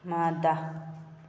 ꯃꯥꯗ